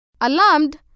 Alarmed